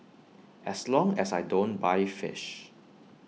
as long as I don't buy fish